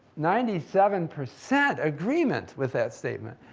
ninety seven percent agreement with that statement.